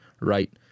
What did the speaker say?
right